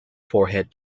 forehead